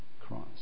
Christ